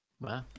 Wow